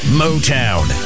motown